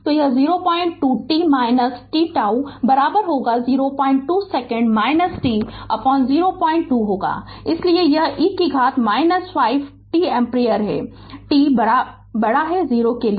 तो यह 02 t t τ 02 second t 02 होगा इसलिए यह e कि घात 5 t एम्पीयर है t 0 के लिए